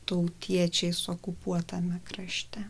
tautiečiais okupuotame krašte